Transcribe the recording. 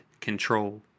control